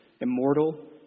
immortal